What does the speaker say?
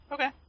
Okay